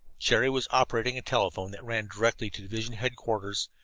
jerry was operating a telephone that ran directly to division headquarters,